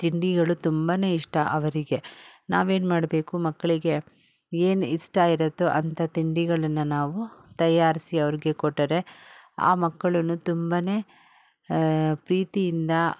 ತಿಂಡಿಗಳು ತುಂಬಾನೆ ಇಷ್ಟ ಅವರಿಗೆ ನಾವೇನು ಮಾಡಬೇಕು ಮಕ್ಳಿಗೆ ಏನು ಇಷ್ಟ ಇರುತ್ತೊ ಅಂಥ ತಿಂಡಿಗಳನ್ನು ನಾವು ತಯಾರಿಸಿ ಅವ್ರಿಗೆ ಕೊಟ್ಟರೆ ಆ ಮಕ್ಕಳೂ ತುಂಬನೇ ಪ್ರೀತಿಯಿಂದ